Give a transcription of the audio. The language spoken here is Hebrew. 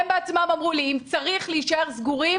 הם בעצמם אמרו לי: אם צריך להישאר סגורים